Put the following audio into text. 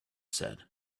said